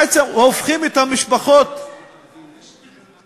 בעצם הופכים את המשפחות המעורבות,